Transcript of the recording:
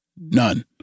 none